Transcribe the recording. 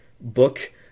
book